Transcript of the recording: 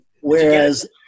whereas